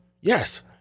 Yes